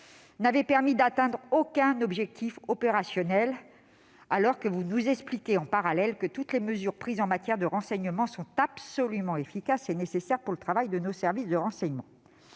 -n'avait permis d'atteindre aucun objectif opérationnel, et ce alors même que vous ne cessez de nous expliquer que toutes les mesures prises en matière de renseignement sont absolument efficaces et nécessaires pour le travail de nos services de renseignement.